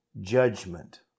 judgment